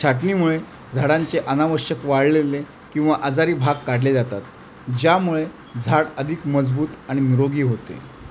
छाटणीमुळे झाडांचे अनावश्यक वाढलेले किंवा आजारी भाग काढले जातात ज्यामुळे झाड अधिक मजबूत आणि निरोगी होते